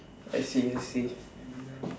I see I see